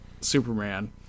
Superman